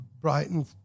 Brighton